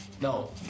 No